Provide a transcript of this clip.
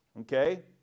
okay